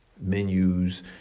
menus